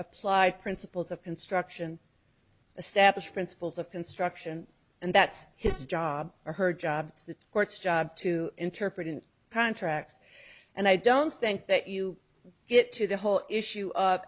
applied principles of construction established principles of construction and that's his job or her job to the court's job to interpret in contracts and i don't think that you get to the whole issue of